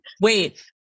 wait